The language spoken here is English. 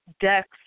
Dex